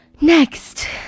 Next